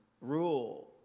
rule